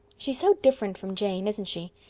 she's so different from jane, isn't she?